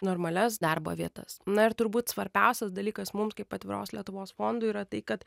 normalias darbo vietas na ir turbūt svarbiausias dalykas mums kaip atviros lietuvos fondui yra tai kad